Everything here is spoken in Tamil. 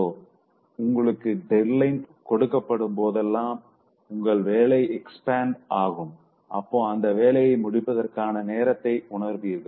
சோ உங்களுக்கு டெட்லைன் கொடுக்கப்படும் போதெல்லாம் உங்கள் வேலை எக்ஸ்பேன்ட் ஆகும் அப்போ அந்த வேலையை முடிப்பதற்கான நேரத்தை உணர்வீர்கள்